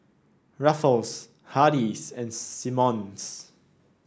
Ruffles Hardy's and Simmons